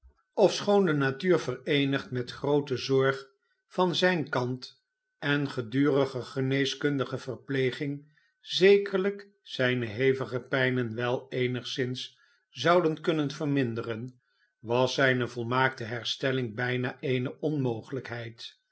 ofschoon de natuur vereenigd met groote zorg van zijn kant en gedurige geneeskundige verpleging zekerlijk zijne hevigepijnen wel eenigszins zouden kunnen verminderen was zijne volmaakte herstelling bijna eene onmogelijkheid